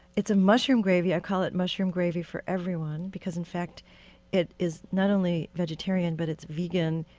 it's a mushroom gravy i call it mushroom gravy for everyone because in fact it is not only vegetarian, but it's vegan.